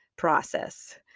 process